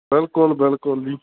ਬਿਲਕੁਲ ਬਿਲਕੁਲ ਜੀ